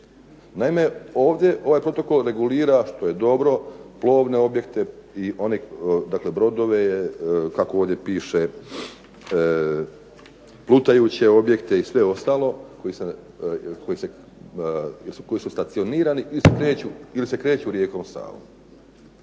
Naime, ovaj protokol regulira, što je dobro, plovne objekte i brodove kako ovdje piše plutajuće objekte i sve ostalo koji su stacionirani ili se kreću rijekom Savom.